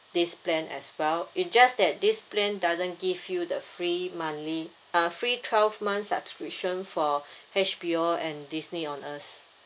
this plan as well it just that this plan doesn't give you the free monthly a free twelve month subscription for H_B_O and Disney on us